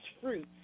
fruits